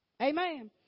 Amen